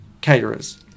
caterers